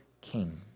king